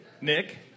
Nick